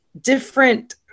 different